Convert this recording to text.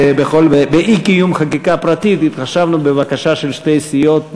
באי-קיום חקיקה פרטית התחשבנו בבקשה של שתי סיעות,